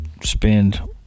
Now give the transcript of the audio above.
spend